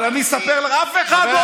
אבל אני אספר, אף אחד לא עושה כלום.